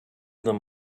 them